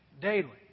daily